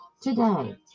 Today